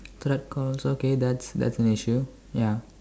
threat calls okay that's that's an issue ya